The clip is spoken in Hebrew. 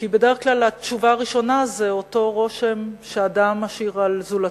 כי בדרך כלל התשובה הראשונה זה אותו רושם שאדם משאיר על זולתו.